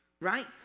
right